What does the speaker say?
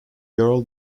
girl